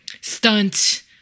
stunt